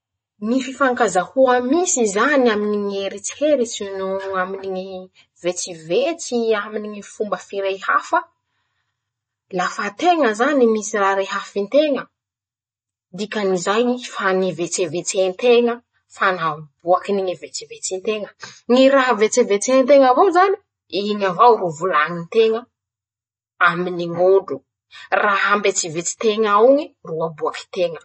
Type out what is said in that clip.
Ñy fifankazahoa misy zany aminy ñ'eritseritsy noo aminy ñy vetsevetsy ii aminy ñy fomba firehafa. Lafa teña zany misy raha rehafinteña: dikan'izay fa nivetsevetsenteña, fa naboakiny ñy vetsevetsinteña, ñy raha vetsevetsenteña avao zany; iñy avao ro volañinteña aminy ñ'olo, raha ambetsivetsinteña aoñe ro aboakinteñ.